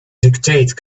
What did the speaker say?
dictate